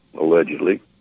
allegedly